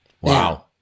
Wow